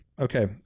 okay